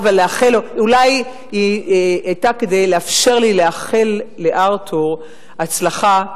אולי היא היתה כדי לאפשר לי לאחל לארתור הצלחה,